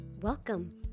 Welcome